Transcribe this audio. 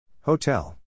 Hotel